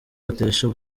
batesha